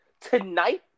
Tonight